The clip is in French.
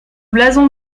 blason